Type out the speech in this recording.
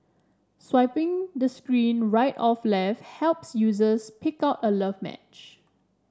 swiping the screen right of left helps users pick out a love match